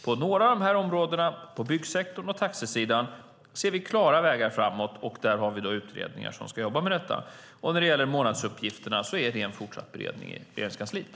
På några av de här områdena, byggsektorn och taxisidan, ser vi klara vägar framåt, och där har vi utredningar som ska jobba med detta. När det gäller månadsuppgifterna är det en fortsatt beredning i Regeringskansliet.